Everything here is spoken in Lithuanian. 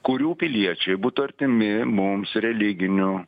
kurių piliečiai būtų artimi mums religiniu